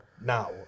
now